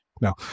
No